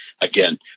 again